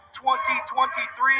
2023